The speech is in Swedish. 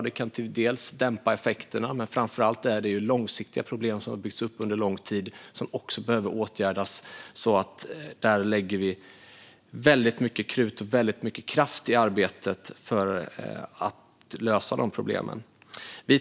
Det kan dämpa effekterna, men framför allt behöver de problem som byggts upp under lång tid åtgärdas. Vi lägger därför mycket krut och kraft på att lösa dessa problem.